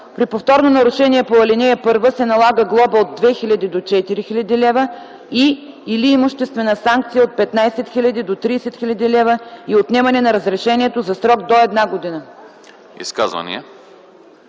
При повторно нарушение по ал. 1 се налага глоба от 2000 до 4000 лв. и/или имуществена санкция от 15 000 до 30 000 лв. и отнемане на разрешението за срок до една година.”